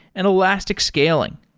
and elastic scaling.